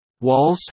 Walls